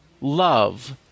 Love